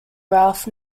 ralph